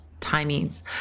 timings